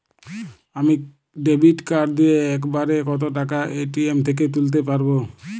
আমি debit card দিয়ে এক বারে কত টাকা এ.টি.এম থেকে তুলতে পারবো?